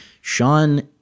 Sean